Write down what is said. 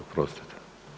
Oprostite.